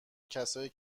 کسایی